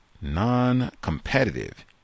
non-competitive